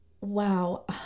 Wow